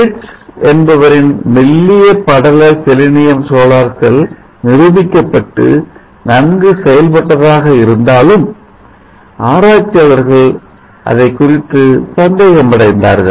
Brits என்பவரின் மெல்லிய படல செலினியம் சோலார் செல் நிரூபிக்கப்பட்டு நன்கு செயல்பட்டதாக இருந்தாலும் ஆராய்ச்சியாளர்கள் அதைக்குறித்து சந்தேகம் அடைந்தார்கள்